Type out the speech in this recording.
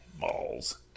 balls